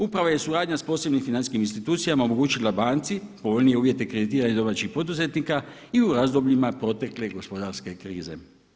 Upravo je suradnja s posebnim financijskim institucijama omogućila banci povoljnije uvjete kreditiranja domaćih poduzetnika i u razdobljima protekle gospodarske krize.